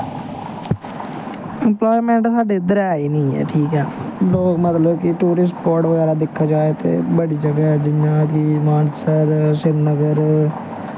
apartment साढ़े इद्धर है गै निं ऐ ठीक ऐ लोग मतलब कि टूरिस्ट स्पॉट बगैरा दिक्खेआ जाए ते बड़ी जगह् ऐ जि'यां कि मानसर श्रीनगर